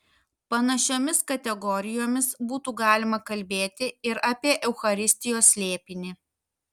panašiomis kategorijomis būtų galima kalbėti ir apie eucharistijos slėpinį